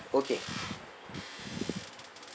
okay